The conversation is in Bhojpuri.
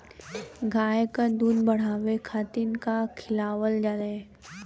गाय क दूध बढ़ावे खातिन का खेलावल जाय?